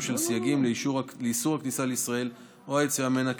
של סייגים לאיסור הכניסה לישראל או היציאה ממנה,